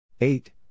eight